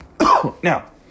Now